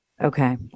Okay